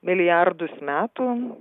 milijardus metų